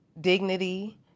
dignity